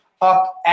up